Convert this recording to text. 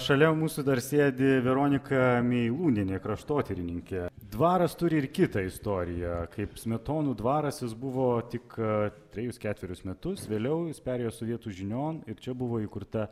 šalia mūsų dar sėdi veronika meilūnienė kraštotyrininkė dvaras turi ir kitą istoriją kaip smetonų dvaras jis buvo tik trejus ketverius metus vėliau jis perėjo sovietų žinion ir čia buvo įkurta